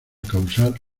causar